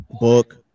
book